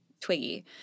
twiggy